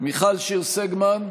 מיכל שיר סגמן,